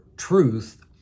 truth